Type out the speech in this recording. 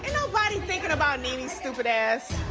nobody thinking about nene's stupid ass.